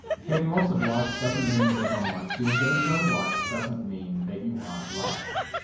getting lots of likes doesn't mean that everyone likes you and getting no likes doesn't mean that you aren't loved.